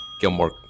Gilmore